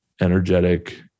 energetic